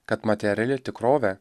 kad materiali tikrovė